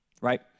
right